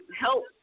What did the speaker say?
help